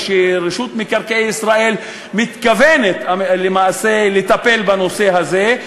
ורשות מקרקעי ישראל מתכוונת לטפל בנושא הזה,